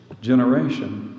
generation